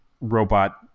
robot